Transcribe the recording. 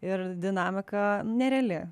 ir dinamika nereali